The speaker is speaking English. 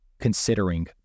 Considering